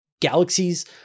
Galaxies